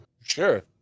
Sure